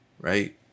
right